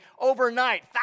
overnight